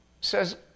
says